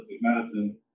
medicine